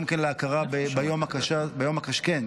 גם כן להכרה ביום הקשה הזה.